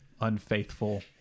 unfaithful